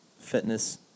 fitness